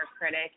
critic